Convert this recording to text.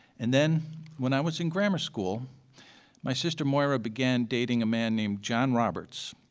and then when i was in grammar school my sister moira began dating a man named john roberts,